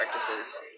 practices